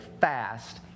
fast